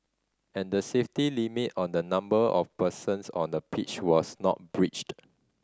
and the safety limit on the number of persons on the pitch was not breached